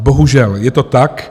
Bohužel je to tak.